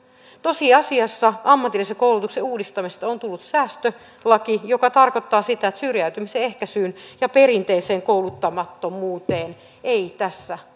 tosiasiassa ammatillisen koulutuksen uudistamisesta on tullut säästölaki joka tarkoittaa sitä että syrjäytymisen ehkäisyyn ja perinteiseen kouluttamattomuuteen ei tässä